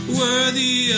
worthy